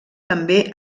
també